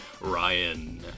ryan